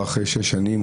לעבריינים.